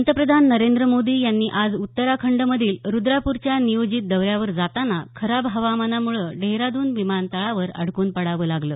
पंतप्रधान नरेंद्र मोदी यांना आज उत्तराखंडमधील रुद्रपूरच्या नियोजित दौऱ्यावर जाताना खराब हवामानामुळं डेहराडून विमानतळावर अडकून पडावं लागलं